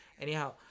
anyhow